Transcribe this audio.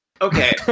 Okay